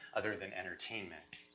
other than entertainment,